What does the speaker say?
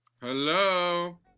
Hello